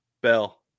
bell